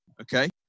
okay